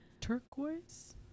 Turquoise